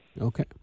Okay